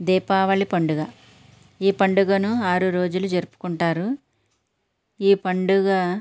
దీపావళిపండుగ ఈ పండుగను ఆరురోజులు జరుపుకుంటారు ఈ పండుగ